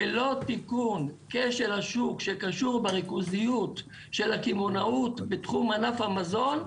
ללא תיקון כשל השוק שקשור בריכוזיות של הקמעונאות בתחום ענף המזון,